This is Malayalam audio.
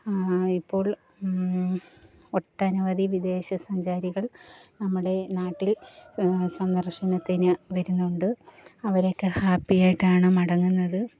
ഇപ്പോൾ ഒട്ടനവധി വിദേശ സഞ്ചാരികൾ നമ്മുടെ നാട്ടിൽ സന്ദർശനത്തിന് വരുന്നുണ്ട് അവരൊക്കെ ഹാപ്പി ആയിട്ടാണ് മടങ്ങുന്നത്